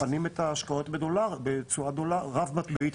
מנהלים את ההשקעות בתשואה רב מטבעית,